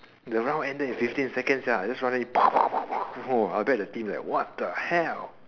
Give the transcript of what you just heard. the round ended in fifteen seconds sia I just run in !wah! I bet the team like what the hell